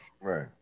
right